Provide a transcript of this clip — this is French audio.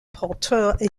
porteurs